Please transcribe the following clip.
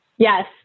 Yes